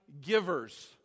givers